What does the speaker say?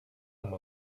amb